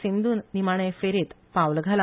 सिंधू निमणे फेरयेत पावल घाला